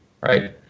right